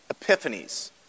epiphanies